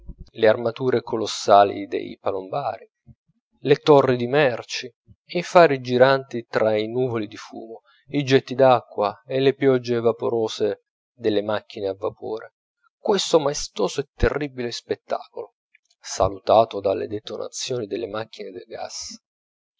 le armature colossali dei palombari le torri di merci e i fari giranti tra i nuvoli di fumo i getti d'acqua e le pioggie vaporose delle macchine a vapore questo maestoso e terribile spettacolo salutato dalle detonazioni delle macchine da gaz